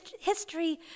history